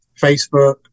facebook